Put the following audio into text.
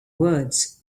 words